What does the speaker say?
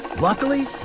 Luckily